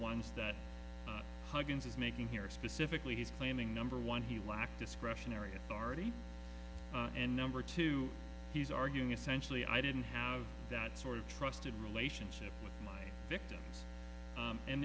ones that huggins is making here specifically he's claiming number one he lacks discretionary authority and number two he's arguing essentially i didn't have that sort of trusted relationship with my victims